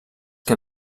que